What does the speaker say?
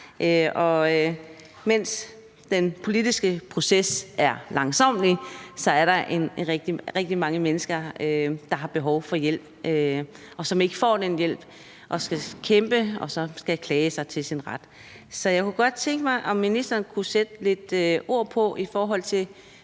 mens den politiske proces er langsommelig, er der rigtig mange mennesker, der har behov for hjælp, og som ikke får den hjælp og skal kæmpe og klage sig til deres ret. Så jeg kunne godt tænke mig at høre, om ministeren kunne sætte et par ord på i forhold til